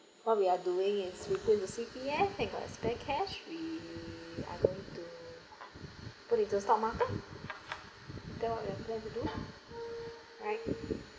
what we are doing is we put into C_P_F and got spare cash we are going to uh put into stock market that what we plan to do right